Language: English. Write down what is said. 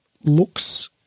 looks